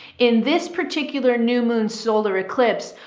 in this particular new moon, solar eclipse,